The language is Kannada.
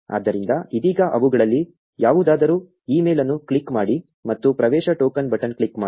ಆದ್ದರಿಂದ ಇದೀಗ ಅವುಗಳಲ್ಲಿ ಯಾವುದಾದರೂ ಇಮೇಲ್ ಅನ್ನು ಕ್ಲಿಕ್ ಮಾಡಿ ಮತ್ತು ಪ್ರವೇಶ ಟೋಕನ್ ಬಟನ್ ಕ್ಲಿಕ್ ಮಾಡಿ